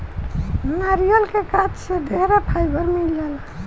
नारियल के गाछ से ढेरे फाइबर मिल जाला